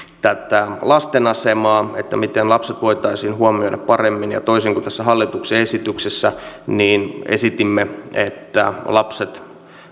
tätä lasten asemaa sitä miten lapset voitaisiin huomioida paremmin toisin kuin tässä hallituksen esityksessä me esitimme että lapset